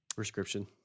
Prescription